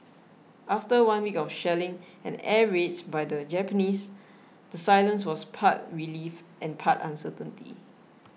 after one week of shelling and air raids by the Japanese the silence was part relief and part uncertainty